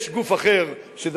יש גוף אחר, שזה